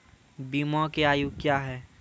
बीमा के आयु क्या हैं?